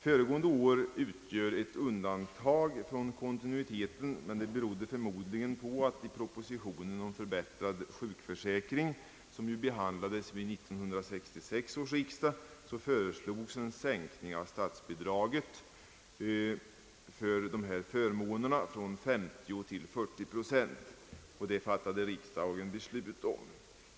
Föregående år utgör ett undantag från kontinuiteten, men det beror förmodligen på att i propositionen om förbättrad sjukförsäkring, vilken behandlades vid 1966 års riksdag, föreslogs en sänkning av statsbidraget för ifrågavarande förmåner från 50 procent till 40 procent. Detta blev också riksdagens beslut.